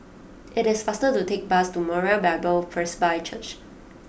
it is faster to take the bus to Moriah Bible First by Church